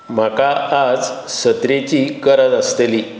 म्हाका आज सत्रेची गरज आसतली